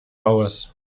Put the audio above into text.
aus